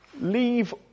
Leave